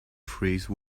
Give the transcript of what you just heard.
freeze